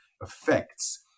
effects